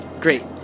great